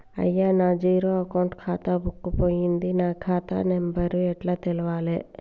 అయ్యా నా zero account ఖాతా బుక్కు పోయింది నా ఖాతా నెంబరు ఎట్ల తెలవాలే?